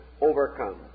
overcome